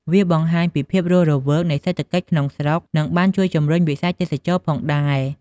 វាបង្ហាញពីភាពរស់រវើកនៃសេដ្ឋកិច្ចក្នុងស្រុក និងបានជួយជំរុញវិស័យទេសចរណ៍ផងដែរ។